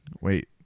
Wait